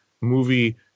movie